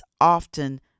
often